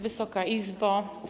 Wysoka Izbo!